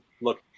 look